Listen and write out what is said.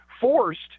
forced